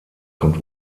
kommt